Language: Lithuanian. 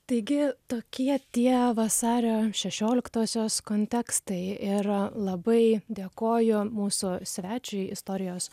taigi tokie tie vasario šešioliktosios kontekstai ir labai dėkoju mūsų svečiui istorijos